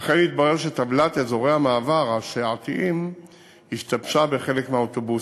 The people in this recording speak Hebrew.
אכן התברר שטבלת אזורי המעבר השעתיים השתבשה בחלק מהאוטובוסים.